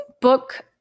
book